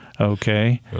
Okay